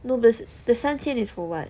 no the the 三千 is for what